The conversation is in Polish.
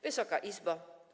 Wysoka Izbo!